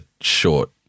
short